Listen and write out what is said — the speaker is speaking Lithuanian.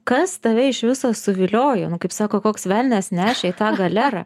kas tave iš viso suviliojo nu kaip sako koks velnias nešė tą galerą